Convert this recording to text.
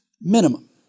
Minimum